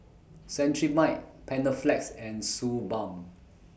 Cetrimide Panaflex and Suu Balm